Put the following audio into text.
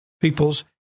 people's